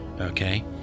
Okay